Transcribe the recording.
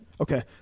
Okay